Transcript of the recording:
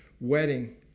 wedding